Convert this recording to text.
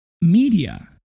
media